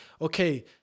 okay